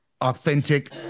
authentic